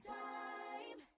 time